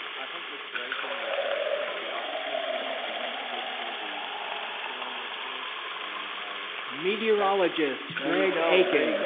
i think mr. akin was gonna take the opportunity to give you the storm report and our. meteorologist greg akin,